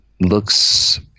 looks